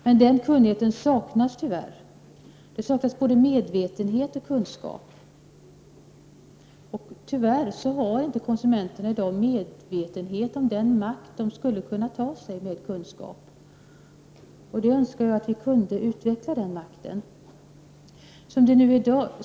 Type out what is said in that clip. Den kunnigheten saknas tyvärr. Det saknas både medvetenhet och kunskap. Konsumenterna har tyvärr i dag inte medvetenhet om den makt de skulle kunna ta sig med kunskap. Jag önskar att vi kunde utveckla den makten.